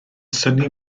synnu